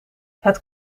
het